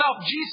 Jesus